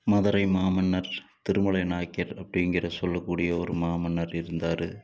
மதுரை மாமன்னர் திருமலை நாயக்கர் அப்படிங்குற சொல்லக்கூடிய ஒரு மாமன்னர் இருந்தார்